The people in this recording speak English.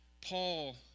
Paul